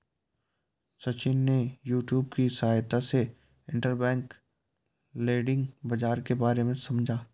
सचिन ने यूट्यूब की सहायता से इंटरबैंक लैंडिंग बाजार के बारे में समझा